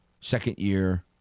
second-year